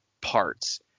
parts